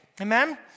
Amen